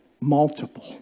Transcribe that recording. Multiple